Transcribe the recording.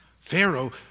Pharaoh